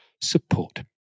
support